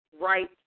right